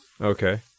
okay